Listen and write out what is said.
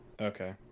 okay